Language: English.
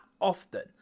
often